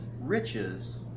riches